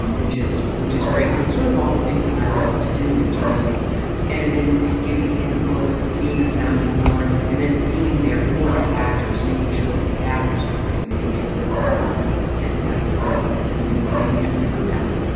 um which is which is great. so sort of all the things that i love to do in terms of editing, giving input, being a sounding board and then being there for the actors, making sure that the actors are ok. making sure that departments have had to have what they need me. making sure the crew has,